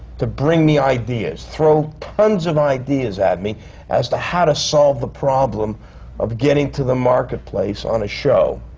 to bring me ideas. throw tons of ideas at me as to how to solve the problem of getting to the marketplace on a show.